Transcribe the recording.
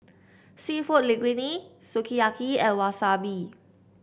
seafood Linguine Sukiyaki and Wasabi